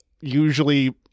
usually